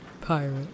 Pirate